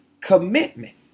commitment